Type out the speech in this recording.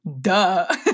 Duh